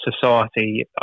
society